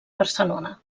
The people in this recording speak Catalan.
barcelona